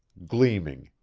gleaming,